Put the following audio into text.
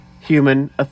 human